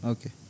Okay